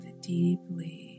deeply